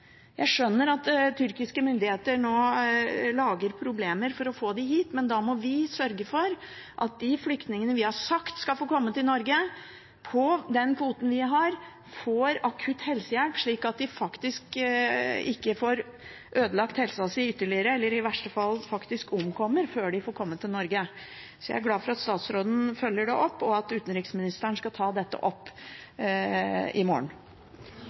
Jeg skjønner at tyrkiske myndigheter nå lager problemer for å få dem hit, men da må vi sørge for at de flyktningene vi har sagt skal få komme til Norge, på den kvoten vi har, får akutt helsehjelp, slik at de ikke får ødelagt helsa si ytterligere, eller i verste fall faktisk omkommer før de får komme til Norge. Så jeg er glad for at statsråden følger det opp, og at utenriksministeren skal ta dette opp i morgen.